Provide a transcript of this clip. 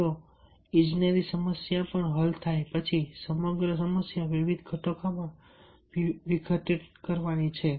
જો ઇજનેરી સમસ્યા હલ થાય પછી સમગ્ર સમસ્યા વિવિધ ઘટકોમાં વિઘટન કરવાની છે